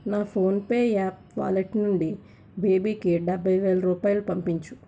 నా PhonePe app wallet నుండి బేబీకి డెబ్భై వేలు రూపాయలు పంపించు